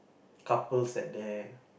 couples at there